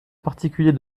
particulier